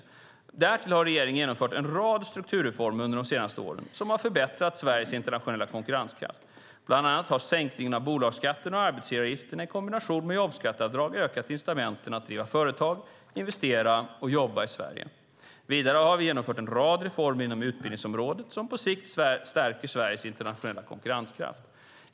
Därtill har regeringen genomfört en rad strukturreformer under de senaste åren som har förbättrat Sveriges internationella konkurrenskraft. Bland annat har sänkningen av bolagsskatten och arbetsgivaravgifterna i kombination med jobbskatteavdraget ökat incitamenten att driva företag, investera och jobba i Sverige. Vidare har vi genomfört en rad reformer inom utbildningsområdet som på sikt stärker Sveriges internationella konkurrenskraft.